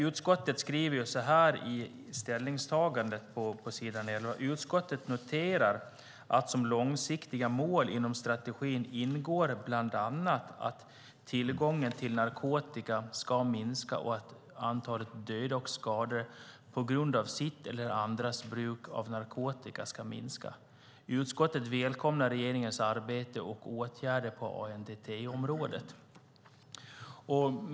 Utskottet skriver i ställningstagandet på s. 12: "Utskottet noterar att de långsiktiga målen inom strategin är bl.a. att tillgången till narkotika ska minska och att antalet döda och skadade på grund av sitt eget eller andras bruk av narkotika ska minska. Utskottet välkomnar regeringens arbete och åtgärdsprogram på ANDT-området."